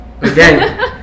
again